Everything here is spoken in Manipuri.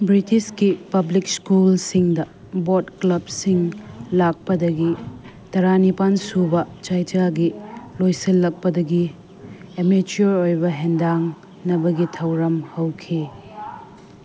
ꯕ꯭ꯔꯤꯇꯤꯁꯀꯤ ꯄꯥꯕ꯭ꯂꯤꯛ ꯁ꯭ꯀꯨꯜꯁꯤꯡꯗ ꯕꯣꯠ ꯀ꯭ꯂꯕꯁꯤꯡ ꯂꯥꯛꯄꯗꯒꯤ ꯇꯔꯥꯅꯤꯄꯥꯜꯁꯨꯕ ꯆꯍꯤꯌꯥꯒꯤ ꯂꯣꯏꯁꯤꯜꯂꯛꯄꯗꯒꯤ ꯑꯦꯃꯦꯆꯤꯌꯣꯔ ꯑꯣꯏꯕ ꯍꯤꯗꯥꯡꯅꯕꯒꯤ ꯊꯧꯔꯝ ꯍꯧꯈꯤ